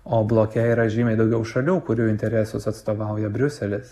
o bloke yra žymiai daugiau šalių kurių interesus atstovauja briuselis